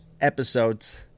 episodes